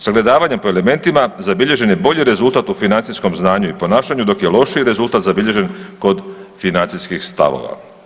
Sagledavanjem po elementima, zabilježen je bolji rezultat u financijskom znanju i ponašanju, dok je lošiji rezultat zabilježen kod financijskih stavova.